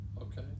okay